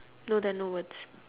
no there are no words